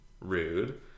Rude